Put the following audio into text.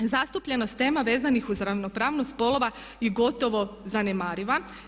Zastupljenost tema vezanih uz ravnopravnost spolova je gotovo zanemariva.